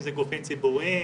אם זה גופים ציבוריים,